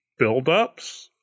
buildups